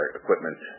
equipment